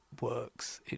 works